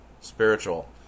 spiritual